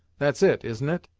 that's it, isn't it?